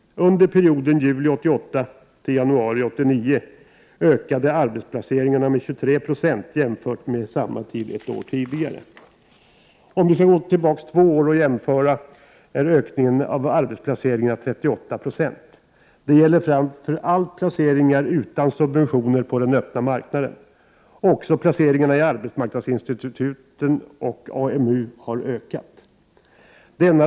Under perioden juli 1988-januari 1989 ökade arbetsplaceringarna med 23 70 jämfört med samma tid ett år tidigare. Om vi går tillbaka två år och jämför uppgår ökningen av arbetsplaceringarna till 38 9. Det gäller framför allt placeringar utan subventioner på den öppna marknaden. Också placeringar i arbetsmarknadsinstituten och AMU har ökat.